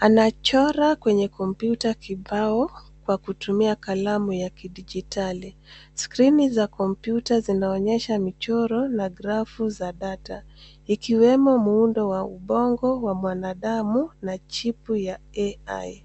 anachora kwenye kompyuta kibao kwa kutumia kalamu ya kidigitali . Skrini za kompyuta zinaonyesha michoro na grafu za data ikiwemo muundo wa ubongo wa mwanadamu na chipu ya AI .